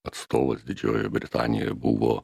atstovas didžiojoje britanijoje buvo